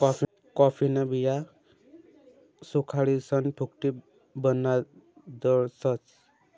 कॉफीन्या बिया सुखाडीसन भुकटी बनाडतस